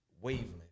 wavelength